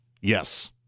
Yes